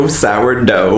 sourdough